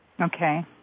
Okay